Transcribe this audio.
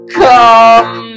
come